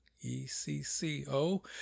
E-C-C-O